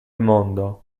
mondo